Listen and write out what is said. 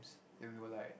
and we will like